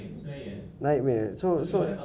yang belakang tu belakang glass